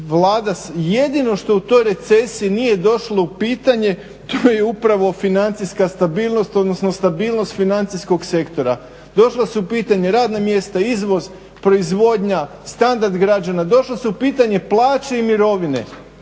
Vlada, jedino što u toj recesiji nije došlo u pitanje to je upravo financijska stabilnost odnosno stabilnost financijskog sektora. Došla su u pitanje radna mjesta, izvoz, proizvodnja, standard građana, došle su u pitanje plaće i mirovine.